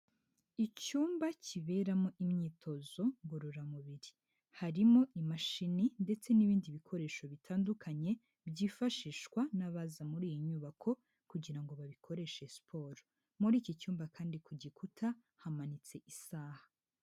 Icyumba kiberamo imyitozo ngororamubiri. Harimo imashini ndetse n'ibindi bikoresho bitandukanye byifashishwa n'abaza muri iyi nyubako kugira ngo babikoreshe siporo. Muri iki cyumba kandi ku gikuta hamanitse isaha.